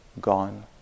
gone